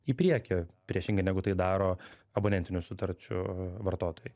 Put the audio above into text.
į priekį priešingai negu tai daro abonentinių sutarčių vartotojai